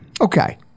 Okay